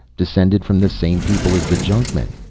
descended from the same people as the junkmen.